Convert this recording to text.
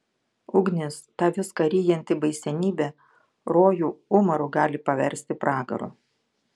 ugnis ta viską ryjanti baisenybė rojų umaru gali paversti pragaru